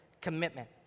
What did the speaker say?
commitment